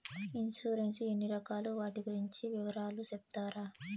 Insurance ఎన్ని రకాలు వాటి గురించి వివరాలు సెప్తారా?